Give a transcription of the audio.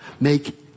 Make